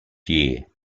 year